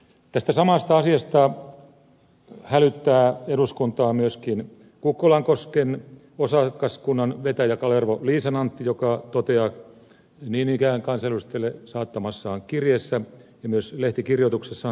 tästä samasta asiasta hälyttää eduskuntaa myöskin kukkolankosken osakaskunnan vetäjä kalervo liisanantti joka toteaa niin ikään kansanedustajalle saattamassaan kirjeessä ja myös lehtikirjoituksessaan seuraavasti